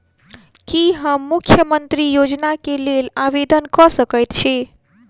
की हम मुख्यमंत्री योजना केँ लेल आवेदन कऽ सकैत छी?